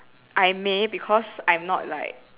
I may because I'm not like